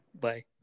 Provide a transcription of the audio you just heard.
Bye